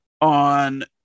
on